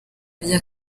rya